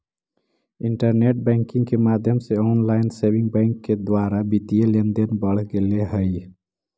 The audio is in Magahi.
इंटरनेट बैंकिंग के माध्यम से ऑनलाइन सेविंग बैंक के द्वारा वित्तीय लेनदेन बढ़ गेले हइ